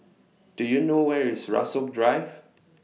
Do YOU know Where IS Rasok Drive